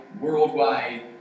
worldwide